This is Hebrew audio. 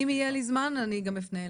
אם יהיה לי זמן אני גם אפנה אליו,